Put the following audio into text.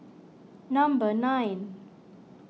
number nine